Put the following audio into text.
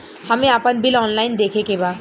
हमे आपन bill online देखे के बा?